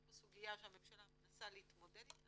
יש פה סוגיה שהממשלה מנסה להתמודד איתה,